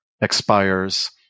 expires